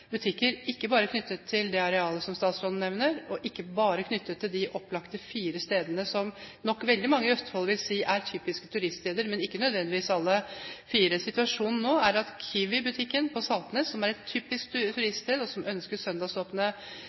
butikker ikke bare knyttet til det arealet som statsråden nevner, og ikke bare knyttet til de opplagte fire stedene som nok veldig mange i Østfold vil si er typiske turiststeder, men ikke nødvendigvis alle fire. Situasjonen nå er at Kiwi-butikken i Saltnes, som er et typisk turiststed, og som ønsker